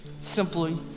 Simply